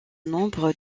nombre